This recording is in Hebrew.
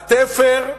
התפר,